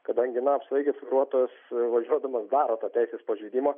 kadangi na apsvaigęs vairuotojas važiuodamas daro tą teisės pažeidimą